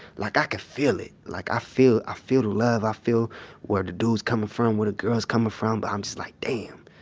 like i can feel it. like i feel ah feel the love, i feel where the dude's coming from, where the girl's coming from, but i'm just like damn.